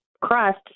crust